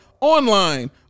online